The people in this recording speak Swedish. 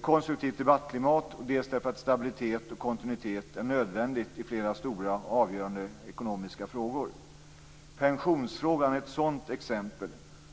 konstruktivt debattklimat, dels därför att det är nödvändigt med stabilitet och kontinuitet i flera stora och avgörande ekonomiska frågor. Pensionsfrågan är ett sådant exempel.